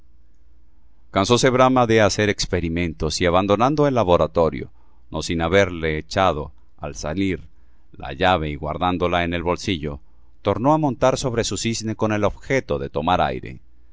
grandioso cansóse brahma de hacer experimentos y abandonando el laboratorio n sin haberle echado al salir la llave y guardándola en el bolsillo tornó á montar sobre su cisne con el objeto de tomar el aire